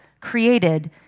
created